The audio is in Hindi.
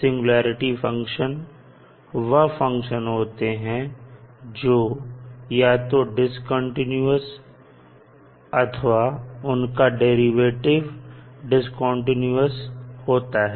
सिंगुलेरिटी फंक्शन वह फंक्शन होते हैं जो या तो डिस्कंटीन्यूअस अथवा उनका डेरिवेटिव डिस्कंटीन्यूअस होता है